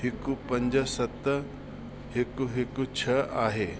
हिकु पंज सत हिकु हिकु छह आहे